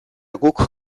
guk